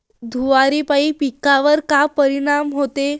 धुवारापाई पिकावर का परीनाम होते?